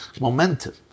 momentum